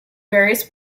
various